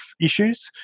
issues